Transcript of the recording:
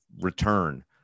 return